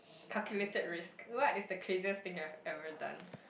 calculated risk what is the craziest thing I've ever done